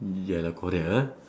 ya lah correct ah